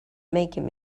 making